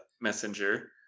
messenger